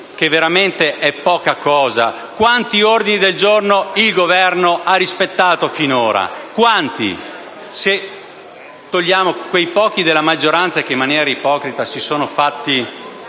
del giorno è poca cosa. Quanti ordini del giorno ha rispettato il Governo finora? Quanti, se togliamo quei pochi della maggioranza, che in maniera ipocrita si sono fatti